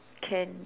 can